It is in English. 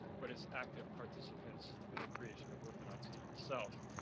but as active participants in the creation of orthodoxy itself.